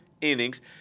innings